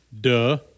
Duh